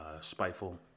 spiteful